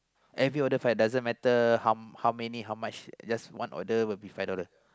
every order five doesn't matter how how many how much just one order will be five dollar